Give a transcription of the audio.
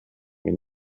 mir